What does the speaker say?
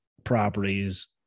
properties